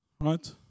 right